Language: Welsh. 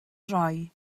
droi